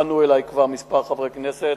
פנו אלי כבר כמה חברי כנסת.